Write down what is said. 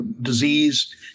disease